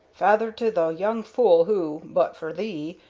feyther to the young fool who, but for thee,